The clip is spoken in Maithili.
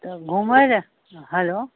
तऽ घुमय लए हेलो